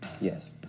Yes